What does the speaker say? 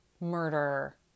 murder